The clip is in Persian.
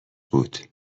بود